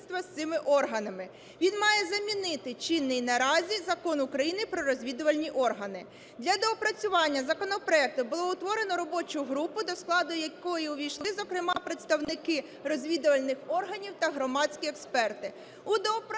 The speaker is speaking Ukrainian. Він має замінити чинний наразі Закон України про розвідувальні органи. Для доопрацювання законопроекту було утворено робочу групу, до складу якої увійшли, зокрема, представники розвідувальних органів та громадські експерти.